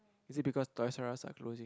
is it because Toys-R-Us are closing